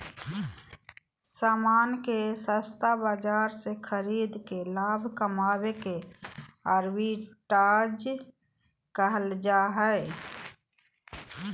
सामान के सस्ता बाजार से खरीद के लाभ कमावे के आर्बिट्राज कहल जा हय